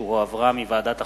שהחזירה ועדת החוקה,